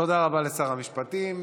תודה רבה לשר המשפטים.